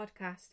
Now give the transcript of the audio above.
podcast